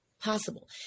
possible